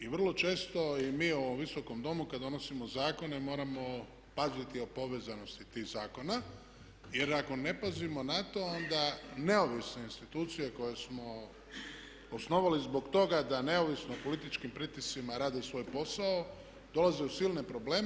I vrlo često i mi u ovom Visokom domu kada donosimo zakone moramo paziti o povezanosti tih zakona jer ako ne pazimo na to onda neovisne institucije koje smo osnovali zbog toga da neovisno o političkim pritiscima rade svoj posao, dolaze u silne probleme.